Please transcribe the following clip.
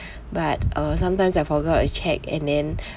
but uh sometimes I forgot to check and then